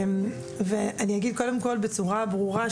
אני אגיד קודם כל בצורה ברורה,